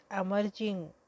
emerging